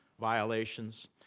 violations